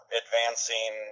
advancing